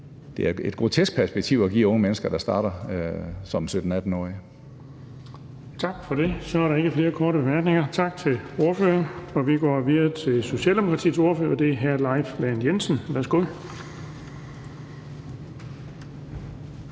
det er et grotesk perspektiv at give unge mennesker, der starter som 17-18-årige. Kl. 13:46 Den fg. formand (Erling Bonnesen): Tak for det. Så er der ikke flere korte bemærkninger. Tak til ordføreren. Vi går videre til Socialdemokratiets ordfører, og det er hr. Leif Lahn Jensen. Værsgo.